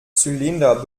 zylinder